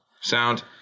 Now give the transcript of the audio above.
Sound